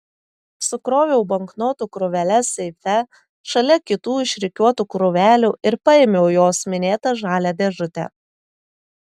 sukroviau banknotų krūveles seife šalia kitų išrikiuotų krūvelių ir paėmiau jos minėtą žalią dėžutę